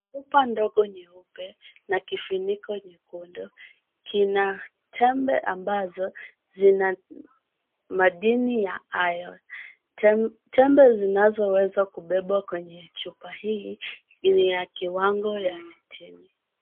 Chupa ndogo nyeupe na kifuniko chekundu kina tembe ambazo zina madini ya iron . Tembe zinazoweza kubebwa kwenye chupa hii ni ya kiwango cha sitini.